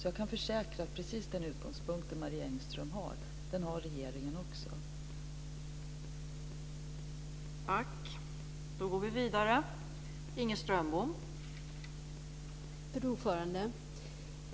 Jag kan därför försäkra att regeringen har precis den utgångspunkt som Marie Engström har.